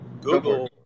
Google